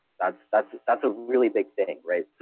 that's, that's that's a really big thing, right?